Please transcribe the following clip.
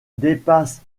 dépasse